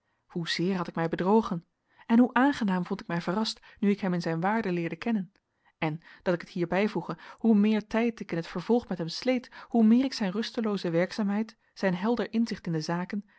hoezeer had ik mij bedrogen en hoe aangenaam vond ik mij verrast nu ik hem in zijn waarde leerde kennen en dat ik het hier bijvoege hoe meer tijd ik in het vervolg met hem sleet hoe meer ik zijn rustelooze werkzaamheid zijn helder inzicht in de zaken